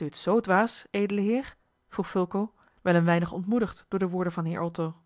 u het zoo dwaas edele heer vroeg fulco wel een weinig ontmoedigd door de woorden van heer otto